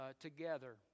together